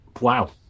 wow